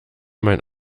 mein